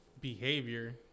behavior